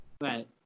Right